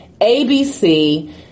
ABC